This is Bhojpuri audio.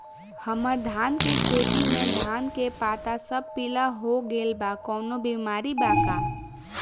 हमर धान के खेती में धान के पता सब पीला हो गेल बा कवनों बिमारी बा का?